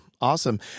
Awesome